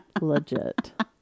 Legit